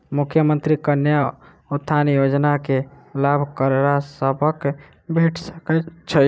मुख्यमंत्री कन्या उत्थान योजना कऽ लाभ ककरा सभक भेट सकय छई?